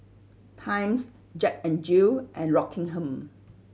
Times Jack N Jill and Rockingham